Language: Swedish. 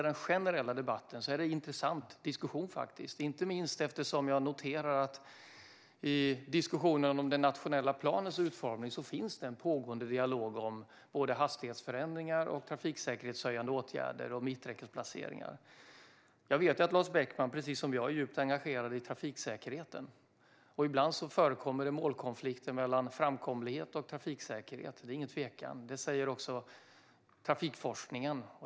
Den generella debatten är intressant, inte minst med tanke på att det i diskussionen om den nationella planens utformning finns en pågående dialog om hastighetsförändringar, trafiksäkerhetshöjande åtgärder och mitträckesplaceringar. Jag vet att Lars Beckman precis som jag är djupt engagerad i trafiksäkerheten. Ibland förekommer målkonflikter mellan framkomlighet och trafiksäkerhet. Det råder ingen tvekan om det. Det säger också trafikforskningen.